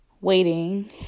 waiting